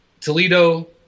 Toledo